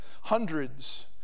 Hundreds